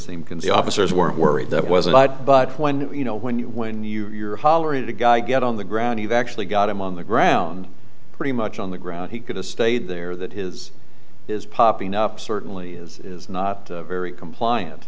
seem can say officers weren't worried that was about but when you know when you when you're hollering at a guy get on the ground you've actually got him on the ground pretty much on the ground he could have stayed there that his is popping up certainly is not very compliant